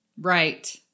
Right